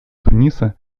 туниса